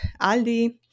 Aldi